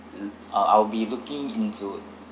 uh I'll be looking into